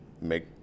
make